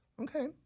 Okay